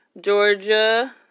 Georgia